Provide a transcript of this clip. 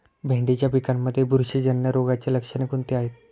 भेंडीच्या पिकांमध्ये बुरशीजन्य रोगाची लक्षणे कोणती आहेत?